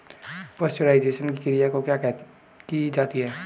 Pasteurisation की क्रिया क्यों की जाती है?